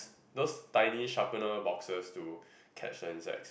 those tiny sharpener boxes to catch the insects